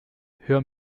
hör